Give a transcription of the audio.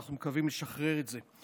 ואנחנו מקווים לשחרר את זה.